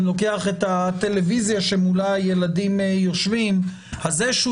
לוקח את הטלוויזיה שמולה הילדים יושבים" אז זה שהוא